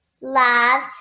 love